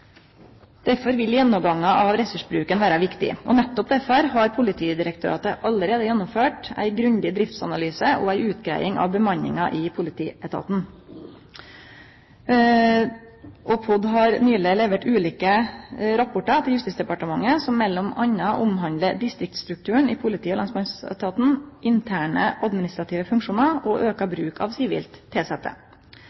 Derfor vil gjennomgangar av ressursbruken vere viktige. Og nettopp derfor har Politidirektoratet allereie gjennomført ein grundig driftsanalyse og ei utgreiing av bemanninga i politietaten. POD har nyleg levert ulike rapportar til Justisdepartementet som m.a. omhandlar distriktsstrukturen i politi- og lensmannsetaten, interne administrative funksjonar og auka